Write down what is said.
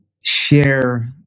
share